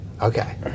Okay